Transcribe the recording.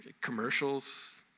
Commercials